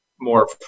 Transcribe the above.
more